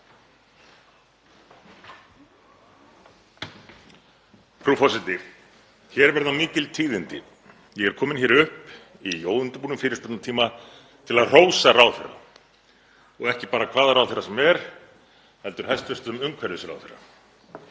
Frú forseti. Hér verða mikil tíðindi. Ég er kominn hér upp í óundirbúnum fyrirspurnatíma til að hrósa ráðherra og ekki bara hvaða ráðherra sem er heldur hæstv. umhverfisráðherra.